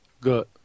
Good